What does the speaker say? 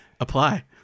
Apply